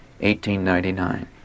1899